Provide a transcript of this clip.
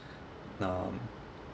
um